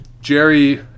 Jerry